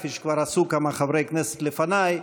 כפי שכבר עשו כמה חברי כנסת לפניי,